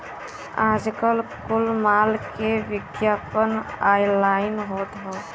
आजकल कुल माल के विग्यापन ऑनलाइन होत हौ